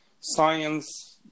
science